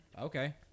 Okay